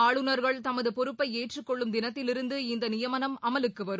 ஆளுநர்கள் தமது பொறுப்பை ஏற்றுக்கொள்ளும் தினத்தில் இருந்து இந்த நியமனம் அமலுக்கு வரும்